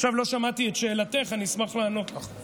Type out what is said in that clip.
עכשיו לא שמעתי את שאלתך, אני אשמח לענות לך.